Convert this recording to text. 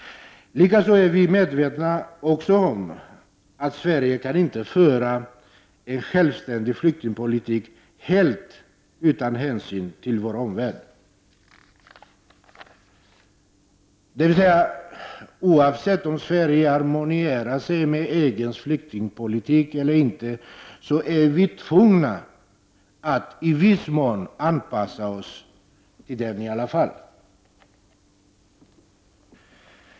Likaså är vi medvetna om att Sverige inte kan föra en självständig flyktingpolitik helt utan hänsyn till vår omvärld. Oavsett om Sverige harmoniserar sig med EGs flyktingpolitik eller inte, är vi tvunga att i viss mån anpassa oss till den i alla fall.